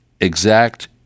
exact